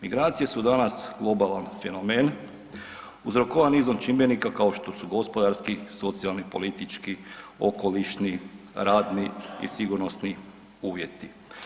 Migracije su danas globalan fenomen, uzrokovan nizom čimbenika kao što su gospodarski, socijalni, politički, okolišni, radni i sigurnosni uvjeti.